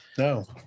No